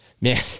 man